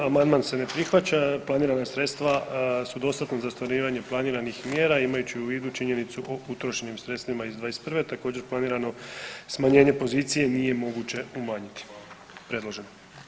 Amandman se ne prihvaća, planirana sredstva su dostatna za ostvarivanje planiranih mjera imajući u vidu činjenicu o utrošenim sredstvima iz '21., također planirano smanjenje pozicije nije moguće umanjiti predloženo.